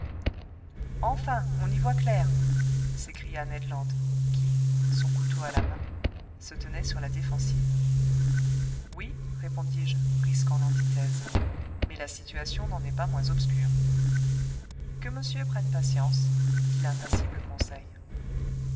enfin on y voit clair s'écria ned land qui son couteau à la main se tenait sur la défensive oui répondis-je risquant l'antithèse mais la situation n'en est pas moins obscure que monsieur prenne patience dit l'impassible conseil